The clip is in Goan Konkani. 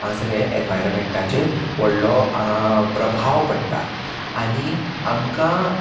हांगासले एनवायरमेंटाचेर व्हडलो हांगा प्रभाव पडटा आनी आमकां